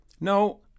No